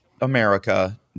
America